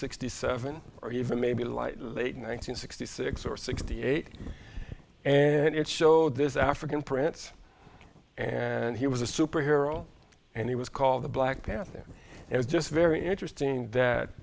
sixty seven or even maybe like late one nine hundred sixty six or sixty eight and it showed this african prince and he was a superhero and he was called the black panther it was just very interesting that